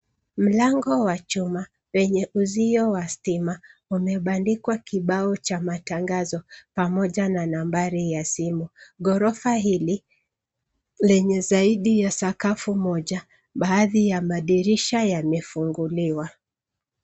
Mlango wa chuma ,wenye uzio wa stima, umebandikwa kibao cha matangazo. Pamoja na nambari ya simu. Ghorofa hili lenye zaidi ya sakafu Moja, baadhi ya madirisha yamefunguliwa.